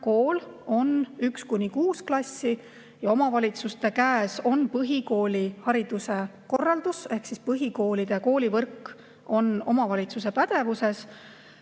olema] 1.–6. klassini ja omavalitsuste käes on põhikoolihariduse korraldus ehk põhikoolide koolivõrk on omavalitsuse pädevuses.